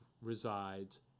resides